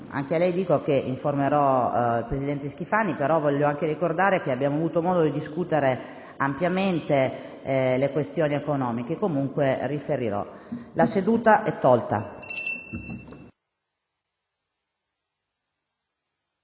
anche a lei dico che informerò il presidente Schifani, però voglio ricordare che abbiamo avuto modo di discutere ampiamente le questioni economiche. Comunque riferirò. **Interrogazioni,